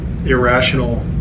irrational